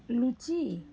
লুচি